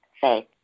faith